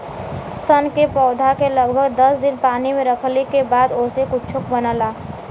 सन के पौधा के लगभग दस दिन पानी में रखले के बाद ओसे कुछो बनला